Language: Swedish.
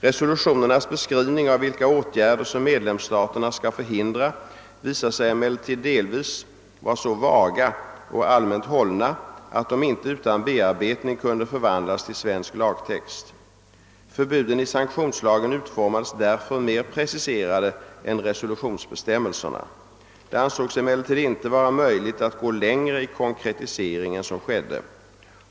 Resolutionernas beskrivning av vilka åtgärder som medlemsstaterna skall förhindra visade sig emellertid delvis vara så vaga och allmänt hållna, att de inte utan bearbetning kunde förvandlas till svensk lagtext. Förbuden i sanktionslagen utformades därför mer preciserade än resolutionsbestämmelserna. Det ansågs emellertid inte vara möjligt att gå längre i konkretisering än som skedde.